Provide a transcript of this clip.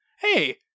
Hey